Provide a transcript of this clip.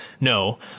No